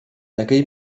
aquell